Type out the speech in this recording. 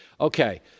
Okay